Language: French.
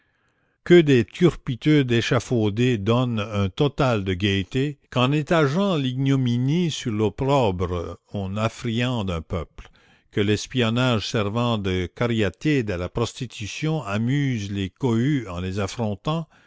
que des turpitudes échafaudées donnent un total de gaîté qu'en étageant l'ignominie sur l'opprobre on affriande un peuple que l'espionnage servant de cariatide à la prostitution amuse les cohues en les affrontant